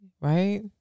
Right